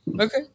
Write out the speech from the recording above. Okay